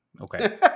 Okay